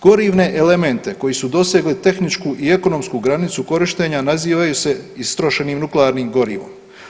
Gorivne elemente koji su dosegli tehničku i ekonomsku granicu korištenja nazivaju se istrošenim nuklearnim gorivom.